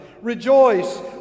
Rejoice